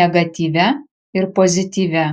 negatyvia ir pozityvia